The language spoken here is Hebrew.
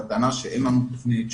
והטענה שאין לנו תכנית,